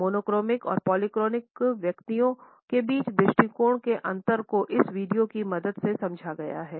monochronic और polychronic व्यक्तियों के बीच दृष्टिकोण के अंतर को इस वीडियो की मदद से समझा गया हैं